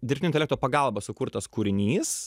dirbtinio intelekto pagalba sukurtas kūrinys